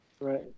Right